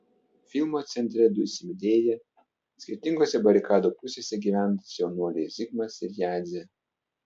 filmo centre du įsimylėję skirtingose barikadų pusėse gyvenantys jaunuoliai zigmas ir jadzė